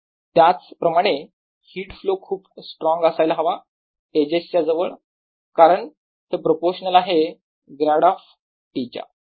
त्याच प्रमाणे heat flow खूप स्ट्रॉंग असायला हवा एजेस च्या जवळ कारण हे प्रोपोर्शनाल आहे ग्रॅड ऑफ T च्या